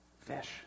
Fish